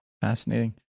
Fascinating